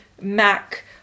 Mac